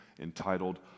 entitled